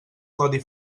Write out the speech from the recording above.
codi